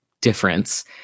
difference